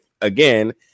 again